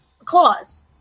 Clause